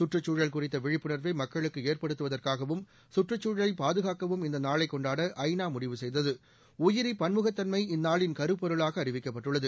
சுற்றுச் சசூழல் குறித்த விழிப்புணர்வை மக்களுக்கு ஏற்படுத்துவதற்காகவும் சுற்றுச் சூழலைப் பாதுகாக்கவும் இந்த நாளைக் கொண்டாட ஐ நா முடிவு செய்தது உயிரி பன்முகத் தன்மை இந்நாளின் கருப் பொருளாக அறிவிக்கப்பட்டுள்ளது